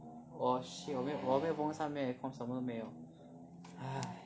oh shit 我没有风扇没有 aircon 什么都没有 !hais!